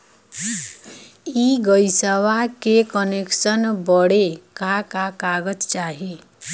इ गइसवा के कनेक्सन बड़े का का कागज चाही?